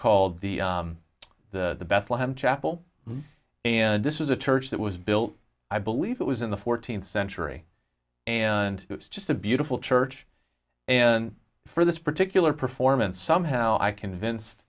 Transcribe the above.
called the the bethlehem chapel and this is a church that was built i believe it was in the fourteenth century and it's just a beautiful church and for this particular performance somehow i